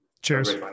cheers